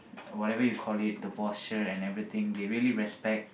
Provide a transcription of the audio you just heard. whatever you call it the posture and everything they really respect